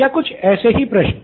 या ऐसे ही कुछ प्रश्न